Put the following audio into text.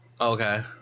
Okay